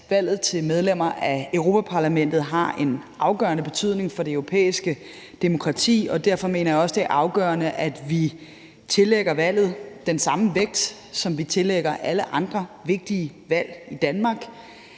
at valget af medlemmer af Europa-Parlamentet har en afgørende betydning for det europæiske demokrati, og derfor mener jeg også, det er afgørende, at vi tillægger valget den samme vægt, som vi tillægger alle andre vigtige valg i Danmark.